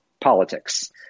politics